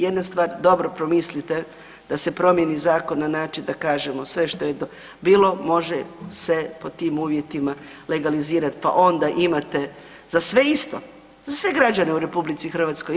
Jedna stvar dobro promislite da se promijeni zakon na način da kažemo sve što je bilo može se po tim uvjetima legalizirati, pa onda imate za sve isto, za sve građane u RH isto.